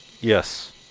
Yes